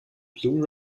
blu